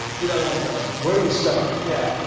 dude, i won't tell anybody. where do we start? yeah.